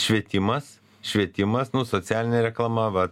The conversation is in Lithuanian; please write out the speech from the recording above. švietimas švietimas socialinė reklama va